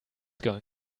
going